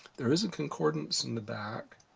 there is a concordance in the back,